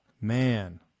man